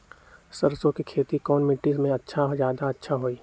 सरसो के खेती कौन मिट्टी मे अच्छा मे जादा अच्छा होइ?